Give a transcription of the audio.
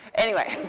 anyway